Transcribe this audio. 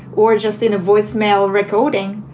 or just in a voicemail recording.